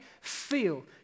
feel